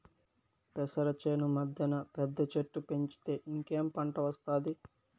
పెసర చేను మద్దెన పెద్ద చెట్టు పెంచితే ఇంకేం పంట ఒస్తాది